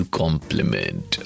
compliment